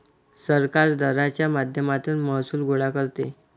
सरकार दराच्या माध्यमातून महसूल गोळा करते